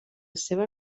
seva